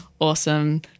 awesome